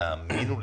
תאמינו לי.